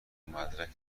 مدرک